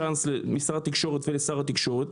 צ'אנס למשרד התקשורת ולשר התקשורת,